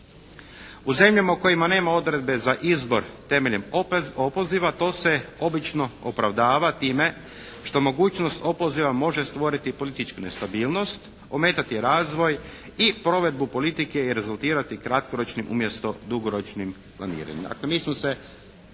U zemljama u kojima nema odredbe za izbor temeljem opoziva to se obično opravdava time što mogućnost opoziva može stvoriti političku nestabilnost, ometati razvoj i provedbu politike i rezultirati kratkoročnim, umjesto dugoročnim planiranjem.